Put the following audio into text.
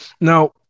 Now